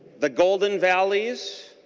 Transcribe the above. the golden valley's